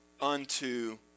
unto